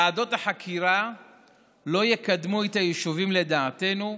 ועדות החקירה לא יקדמו את היישובים, לדעתנו,